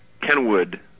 Kenwood